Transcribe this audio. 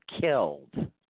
killed